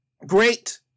great